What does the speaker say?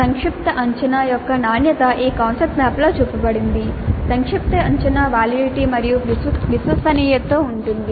సంక్షిప్త అంచనా మరియు విశ్వసనీయతతో ఉంటుంది